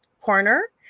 corner